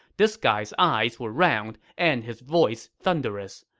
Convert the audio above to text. this guy's eyes were round and his voice thunderous.